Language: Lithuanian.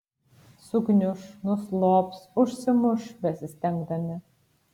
sugniuš nuslops užsimuš besistengdami